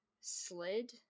slid